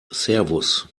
servus